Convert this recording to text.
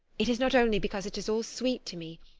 it is not only because it is all sweet to me,